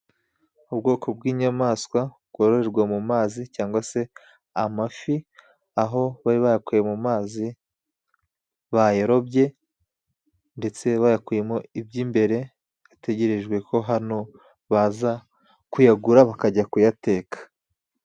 Ubwoko bw'inyamaswa bwororerwa mu mazi cyangwa se amafi, aho bari bayakuye mu mazi bayarobye ndetse bayakuyemo iby'imbere, hategerejwe ko hano baza kuyagura bakajya kuyateka.